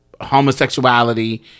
homosexuality